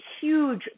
huge